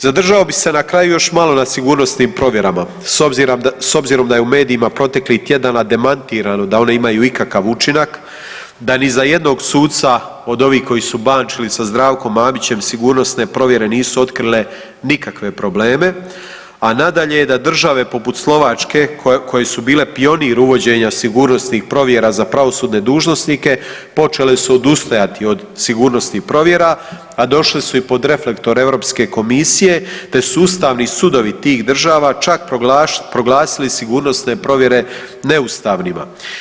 Zadržao bih se na kraju još malo na sigurnosnim provjerama s obzirom da je u medijima proteklih tjedana demantirano da one imaju ikakav učinak, da ni za jednog suca od ovih koji su bančili sa Zdravkom Mamićem, sigurnosne provjere nisu otkrile nikakve probleme, a nadalje, da države poput Slovačke, koje su bile pionir uvođenja sigurnosnih provjera za pravosudne dužnosnike, počele su odustajati od sigurnosnih provjera, a došle su i pod reflektor EU komisije te sustavni sudovi tih država čak proglasili sigurnosne provjere neustavnima.